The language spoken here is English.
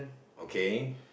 okay